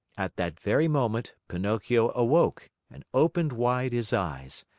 at that very moment, pinocchio awoke and opened wide his eyes.